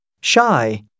shy